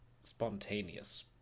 spontaneous